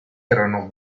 erano